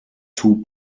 two